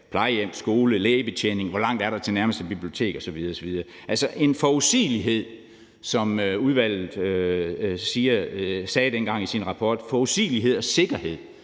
plejehjem, skole, lægebetjening, hvor langt der er til nærmeste bibliotek osv. osv. En forudsigelighed og sikkerhed, som udvalget skrev dengang i sin rapport, om det fremtidige